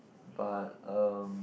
but um